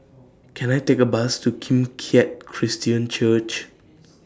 Can I Take A Bus to Kim Keat Christian Church